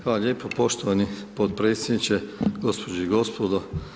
Hvala lijepo poštovani potpredsjedniče, gospođe i gospodo.